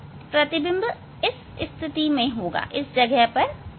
प्रतिबिंब इस स्थिति में होगा